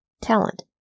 talent